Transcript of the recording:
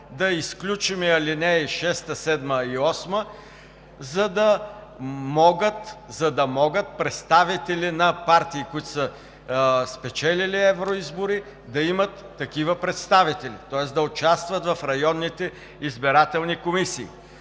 да изключим алинеи 6, 7 и 8, за да могат представители на партии, които са спечелили евроизбори, да имат такива представители, тоест да участват в районните избирателни комисии.